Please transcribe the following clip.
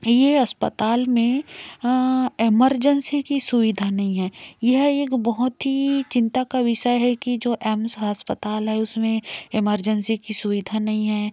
यह अस्पताल में एमरजेंसी की सुविधा नहीं हैं यह एक बहुत ही चिंता का विषय है कि जो एम्स अस्पताल है उसमें एमरजेंसी की सुविधा नहीं हैं